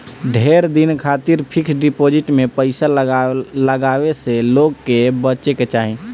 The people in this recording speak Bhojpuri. ढेर दिन खातिर फिक्स डिपाजिट में पईसा लगावे से लोग के बचे के चाही